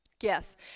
Yes